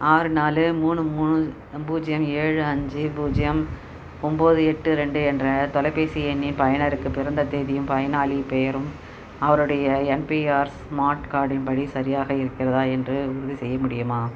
ஆறு நாலு மூணு மூணு பூஜ்ஜியம் ஏழு அஞ்சு பூஜ்ஜியம் ஒம்பது எட்டு ரெண்டு என்ற தொலைபேசி எண்ணின் பயனருக்கு பிறந்த தேதியும் பயனாளிப் பெயரும் அவருடைய என்பிஆர் ஸ்மார்ட் கார்டின் படி சரியாக இருக்கிறதா என்று உறுதிசெய்ய முடியுமா